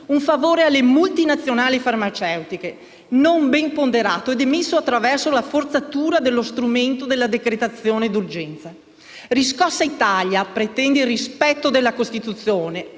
un favore alle multinazionali farmaceutiche, non ben ponderato ed emesso attraverso la forzatura dello strumento della decretazione d'urgenza. Riscossa Italia pretende il rispetto della Costituzione